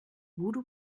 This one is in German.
voodoo